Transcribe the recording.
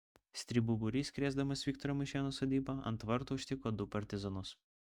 stribų būrys krėsdamas viktoro maišėno sodybą ant tvarto užtiko du partizanus